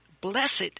Blessed